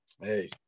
Hey